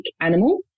animal